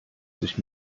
sich